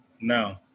No